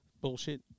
Bullshit